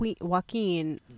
Joaquin